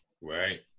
Right